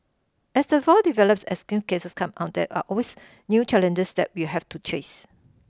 as the develops as new cases come up there are always new challenges that we have to chase